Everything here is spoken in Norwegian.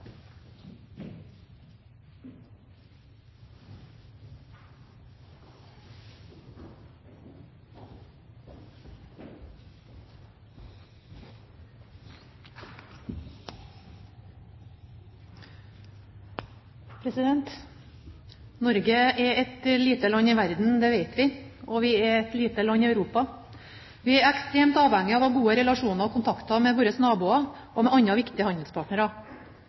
et lite land i verden, det vet vi, og vi er et lite land i Europa. Vi er ekstremt avhengig av å ha gode relasjoner og kontakter med våre naboer og med andre viktige handelspartnere.